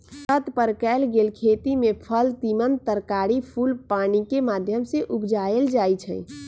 छत पर कएल गेल खेती में फल तिमण तरकारी फूल पानिकेँ माध्यम से उपजायल जाइ छइ